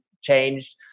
changed